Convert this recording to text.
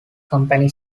company